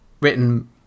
written